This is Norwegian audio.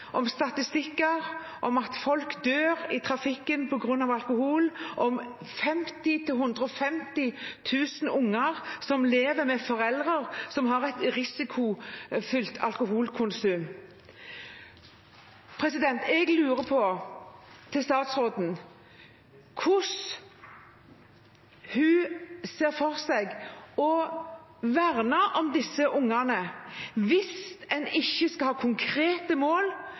om statistikker om at folk dør i trafikken på grunn av alkohol, og om 50 000–150 000 unger som lever med foreldre som har et risikofylt alkoholkonsum. Jeg lurer på hvordan statsråden ser for seg å verne om disse ungene hvis en ikke skal ha konkrete mål,